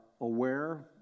aware